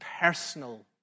personal